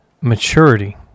maturity